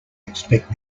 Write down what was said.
expect